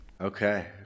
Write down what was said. Okay